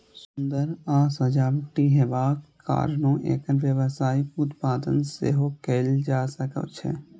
सुंदर आ सजावटी हेबाक कारणें एकर व्यावसायिक उत्पादन सेहो कैल जा सकै छै